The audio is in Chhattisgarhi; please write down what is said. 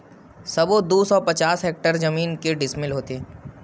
सबो दू सौ पचास हेक्टेयर जमीन के डिसमिल होथे?